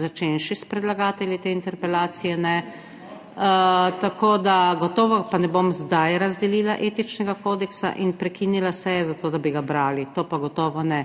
začenši s predlagatelji te interpelacije ne, tako da gotovo pa ne bom zdaj razdelila etičnega kodeksa in prekinila seje za to, da bi ga brali, to pa gotovo ne.